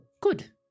Good